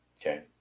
okay